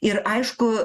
ir aišku